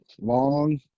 long